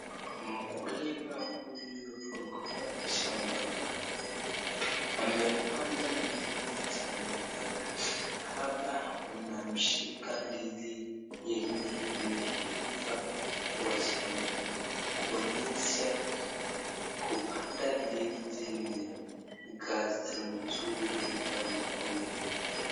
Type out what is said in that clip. Mkulima huyu ako kwa shamba lake, amepanda ndizi shamba lake, hapa anamshika ndizi yenye imeifa kwa shamba lake kuonyesha kupanda ndizi ni kazi nzuri ya mkulima.